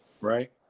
right